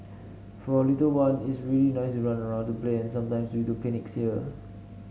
for our little one it's really nice to run around to play and sometimes we do picnics here